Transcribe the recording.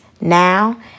Now